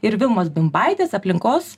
ir vilmos bimbaitės aplinkos